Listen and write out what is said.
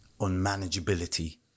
unmanageability